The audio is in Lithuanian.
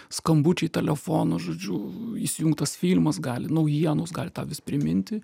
skambučiai telefono žodžiu įsijungtas filmas gali naujienos gali tą vis priminti